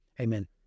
Amen